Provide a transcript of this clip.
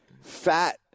fat